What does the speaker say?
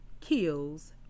kills